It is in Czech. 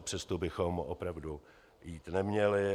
Přes tu bychom opravdu jít neměli.